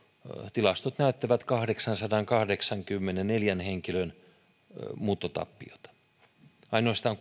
tilastot näyttävät kahdeksansadankahdeksankymmenenneljän henkilön muuttotappiota ainoastaan